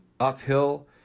Uphill